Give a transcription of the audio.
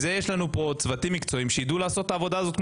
זה יש צוותים מקצועיים שידעו לעשות את העבודה הזאת.